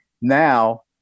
now